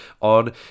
on